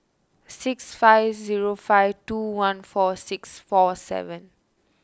six five zero five two one four six four seven